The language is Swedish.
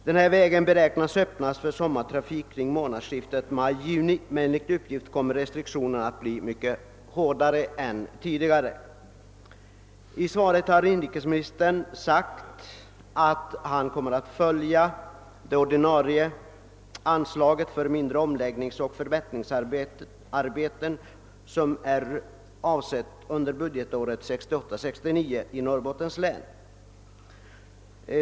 Denna väg beräknas bli öppnad för sommartrafik omkring månadsskiftet maj-juni, men enligt uppgift kommer restriktionerna att bli hårdare än tidigare. I svaret har inrikesministern sagt att mindre omläggningsoch förbättringsarbeten kommer att utföras i Norrbottens län för 22,5 miljoner kronor.